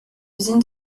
usine